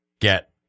get